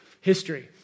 history